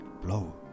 blow